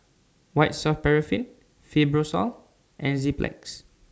White Soft Paraffin Fibrosol and Enzyplex